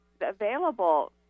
available